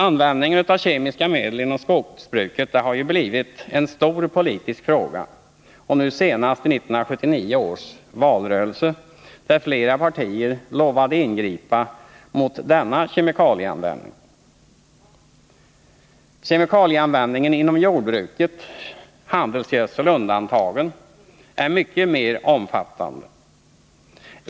Användningen av kemiska medel inom skogsbruket har ju blivit en stor politisk fråga, nu senast i 1979 års valrörelse, där flera partier lovade att ingripa mot denna kemikalieanvändning. Kemikalieanvändningen inom jordbruket, handelsgödseln undantagen, är mycket mer omfattande.